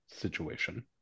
situation